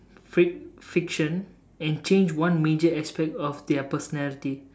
fric~ fiction and change one major aspect of their personality